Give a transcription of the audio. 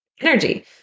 energy